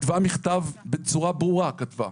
כתבה מכתב בצורה ברורה כתבה,